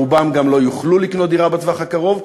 רובם גם לא יוכלו לקנות דירה בטווח הקרוב,